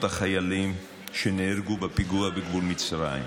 החיילים שנהרגו בפיגוע בגבול מצרים,